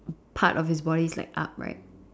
part of his body is like up right